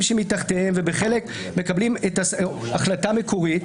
שמתחתיהם ובחלק הם מקבלים את ההחלטה המקורית,